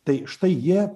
tai štai jie